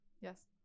Yes